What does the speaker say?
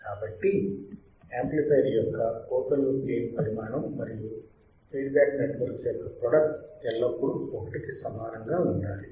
కాబట్టి యాంప్లిఫైయర్ యొక్క open loop gain పరిమాణం మరియు ఫీడ్బ్యాక్ నెట్వర్క్ యొక్క ప్రోడక్ట్ ఎల్లప్పుడూ 1 కి సమానంగా ఉండాలి